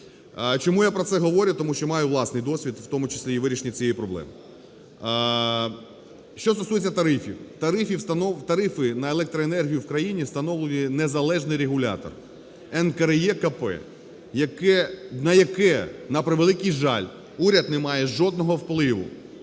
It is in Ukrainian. Чому я про це говорю, тому що маю власний досвід, в тому числі і в вирішенні цієї проблеми. Що стосується тарифів. Тарифи на електроенергію в країні встановлює незалежний регулятор НКРЕКП, на яке, на превеликий жаль, уряд немає жодного впливу.